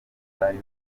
bari